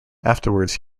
afterwards